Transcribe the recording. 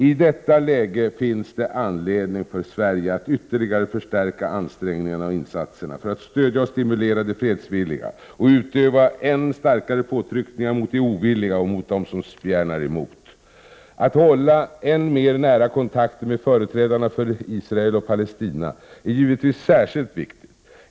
I detta läge finns det anledning för Sverige att ytterligare förstärka ansträngningarna och insatserna för att stödja och stimulera de fredsvilliga och utöva än starkare påtryckningar mot de ovilliga och mot dem som spjärnar emot. Att hålla än mer nära kontakter med företrädarna för Israel och Palestina är givetvis särskilt viktigt.